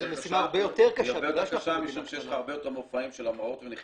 זו משימה הרבה יותר קשה בגלל שאנחנו מדינה קטנה.